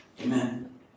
Amen